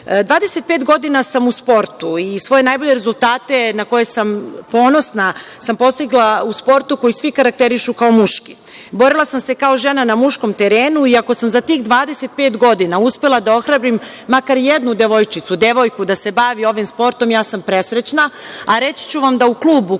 pet godina sam u sportu i svoje najbolje rezultate na koje sam ponosna sam postigla u sportu koji svi karakterišu kao muški. Borila sam se kao žena na muškom terenu i ako sam za tih 25 godina uspela da ohrabrim makar jednu devojčicu, devojku da se bavi ovim sportom ja sam presrećna, a reći ću vam da u klubu